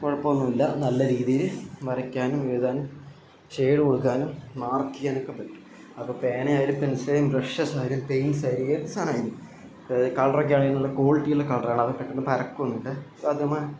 കുഴപ്പം ഒന്നും ഇല്ല നല്ല രീതിയില് വരയ്ക്കാനും എഴുതാനും ഷെയ്ഡ് കൊടുക്കാനും മാർക്ക് ചെയ്യാനുമൊക്കെ പറ്റും അപ്പം പേനയായാലും പെൻസിലായാലും ബ്രഷസായാലും പെയിൻറ്റ്സായാലും ഏത് സാധനമായാലും ഇപ്പോൾ കളറൊക്കെയാണെങ്കിലും നല്ല ക്വാളിറ്റിയുള്ള കളറാണത് പെട്ടെന്ന് പരക്കുകയൊന്നുമില്ല അത് നമ്മൾ